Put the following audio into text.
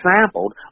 sampled